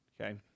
Okay